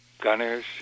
gunners